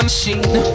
Machine